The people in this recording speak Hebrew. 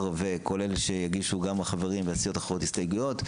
וכולל שיגישו גם החברים והסיעות האחרות הסתייגויות,